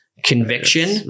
conviction